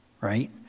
right